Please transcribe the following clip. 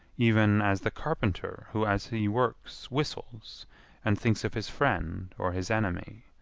even as the carpenter who as he works whistles and thinks of his friend or his enemy,